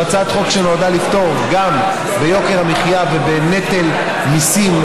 זו הצעת חוק שנועדה לפטור גם מיוקר המחיה ומנטל מיסים,